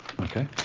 Okay